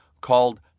called